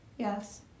Yes